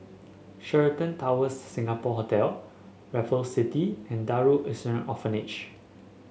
Sheraton Towers Singapore Hotel Raffles City and Darul Ihsan Orphanage